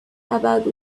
about